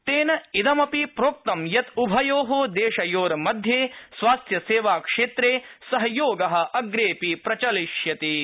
तेन इदमपि प्रोक्तं यत् उभयो देशयोर्मध्ये स्वास्थ्यसेवाक्षेत्रे सहयोग अग्रेऽपि प्रचलयिष्यति इति